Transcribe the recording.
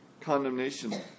condemnation